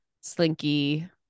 slinky